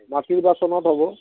মাটিৰ বাচনত হ'ব